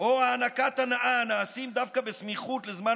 או הענקת הנאה הנעשים דווקא בסמיכות לזמן